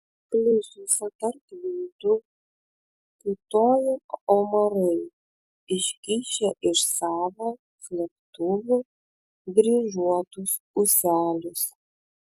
plyšiuose tarp luitų kiūtojo omarai iškišę iš savo slėptuvių dryžuotus ūselius